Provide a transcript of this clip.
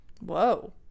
Whoa